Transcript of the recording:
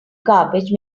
garbage